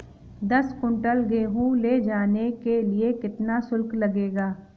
दस कुंटल गेहूँ ले जाने के लिए कितना शुल्क लगेगा?